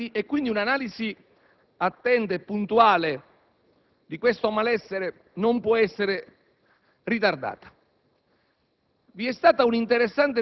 in altri ambiti. Dunque, un'analisi attenta e puntuale di questo malessere non può essere ritardata.